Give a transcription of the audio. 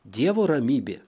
dievo ramybė